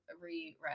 reread